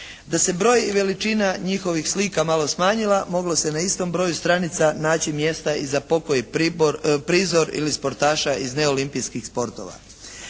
da se broj i veličina njihovih slika malo smanjila moglo se na istom broju stranica naći mjesta i za pokoji prizor ili sportaša iz neolimpijskih sportova.